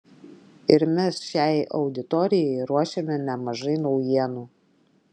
ir mes šiai auditorijai ruošiame nemažai naujienų